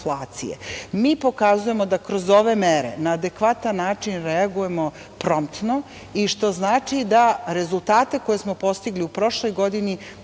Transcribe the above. Mi pokazujemo da kroz ove mere na adekvatan način reagujem prontno i što znači da rezultate koje smo postigli u prošloj godini,